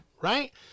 right